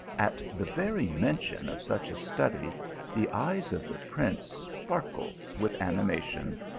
at the very mention of such a study the eyes of the prince sparkled with animation,